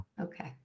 Okay